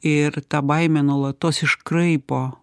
ir ta baimė nuolatos iškraipo